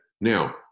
Now